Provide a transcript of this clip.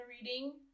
reading